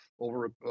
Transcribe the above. over